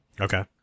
Okay